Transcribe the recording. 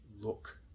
look